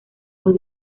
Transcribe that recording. los